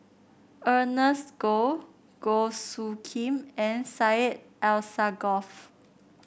Ernest Goh Goh Soo Khim and Syed Alsagoff